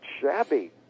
shabby